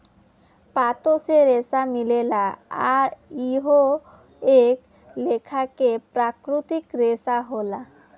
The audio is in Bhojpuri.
पातो से रेसा मिलेला आ इहो एक लेखा के प्राकृतिक रेसा होला